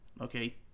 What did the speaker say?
okay